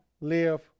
live